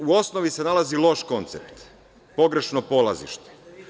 U osnovi se nalazi loš koncept, pogrešno polazište.